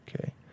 Okay